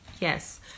Yes